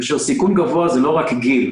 כאשר סיכון גבוה זה לא רק גיל,